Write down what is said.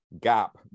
gap